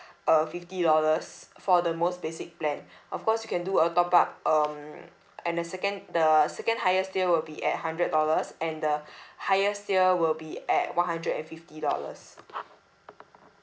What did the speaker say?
uh fifty dollars for the most basic plan of course you can do a top up um and the second the second highest tier will be at hundred dollars and the highest tier will be at one hundred and fifty dollars